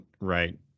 right